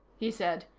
he said.